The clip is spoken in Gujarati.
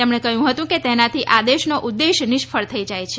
તેમણે કહ્યું હતું કે તેનાથી આદેશનો ઉદ્દેશ્ય નિષ્ફળ થઈ જાય છે